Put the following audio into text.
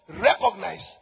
recognize